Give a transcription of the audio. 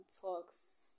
Talks